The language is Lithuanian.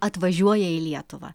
atvažiuoja į lietuvą